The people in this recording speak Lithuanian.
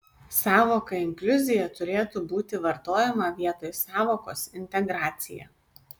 sąvoka inkliuzija turėtų būti vartojama vietoj sąvokos integracija